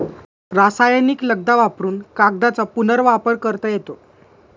रासायनिक लगदा वापरुन कागदाचा पुनर्वापर करता येतो